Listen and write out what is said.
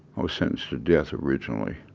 ah sentenced to death originally.